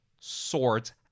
swords